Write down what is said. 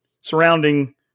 surrounding